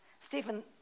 Stephen